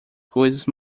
coisas